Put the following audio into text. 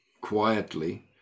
quietly